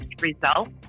results